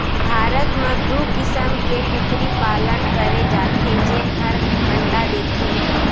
भारत म दू किसम के कुकरी पालन करे जाथे जेन हर अंडा देथे